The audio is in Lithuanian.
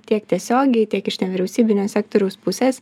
tiek tiesiogiai tiek iš nevyriausybinio sektoriaus pusės